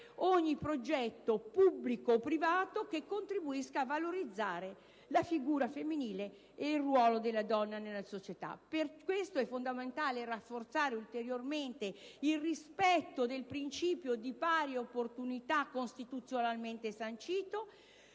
ogni progetto pubblico o privato che contribuisca a valorizzare la figura femminile ed il ruolo della donna nella società. Per questo, è fondamentale rafforzare ulteriormente il rispetto del principio di pari opportunità costituzionalmente sancito,